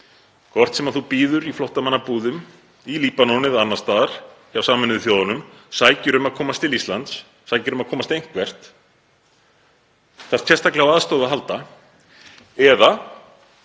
hvort sem þú bíður í flóttamannabúðum í Líbanon eða annars staðar hjá Sameinuðu þjóðunum — sækir um að komast til Íslands, sækir um að komast eitthvert, þarft sérstaklega á aðstoð að halda